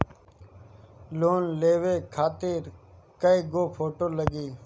Loan लेवे खातिर कै गो फोटो लागी?